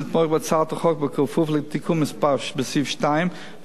בכפוף לתיקון בסעיף 2 להצעה כאמור ובכפוף